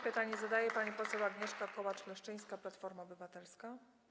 Pytanie zadaje pani poseł Agnieszka Kołacz-Leszczyńska, Platforma Obywatelska.